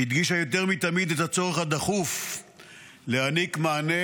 הדגישה יותר מתמיד את הצורך הדחוף להעניק מענה